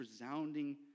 resounding